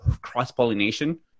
cross-pollination